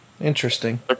interesting